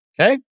Okay